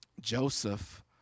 Joseph